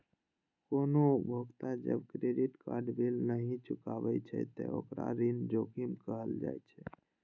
कोनो उपभोक्ता जब क्रेडिट कार्ड बिल नहि चुकाबै छै, ते ओकरा ऋण जोखिम कहल जाइ छै